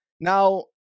Now